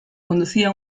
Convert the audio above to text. conducía